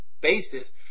basis